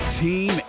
team